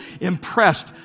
impressed